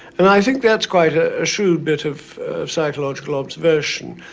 and i think that's quite a ah shrewd bit of psychological observation.